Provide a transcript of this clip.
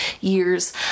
years